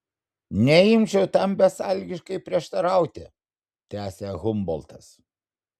neimčiau tam besąlygiškai prieštarauti tęsė humboltas